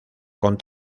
con